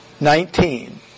Nineteen